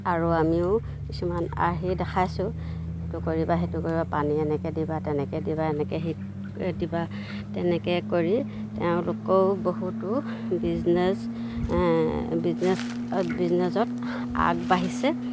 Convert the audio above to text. আৰু আমিও কিছুমান আৰ্হি দেখাইছোঁ এইটো কৰিবা সেইটো কৰিব পানী এনেকৈ দিবা তেনেকৈ দিবা এনেকৈ দিবা তেনেকৈ কৰি তেওঁলোকেও বহুতো বিজনেছ বিজনেছ বিজনেছত আগবাঢ়িছে